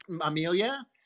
Amelia